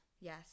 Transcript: Yes